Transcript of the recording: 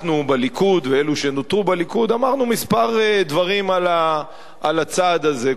אנחנו בליכוד ואלו שנותרו בליכוד אמרנו כמה דברים על הצעד הזה.